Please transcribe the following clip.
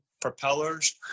propellers